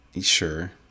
sure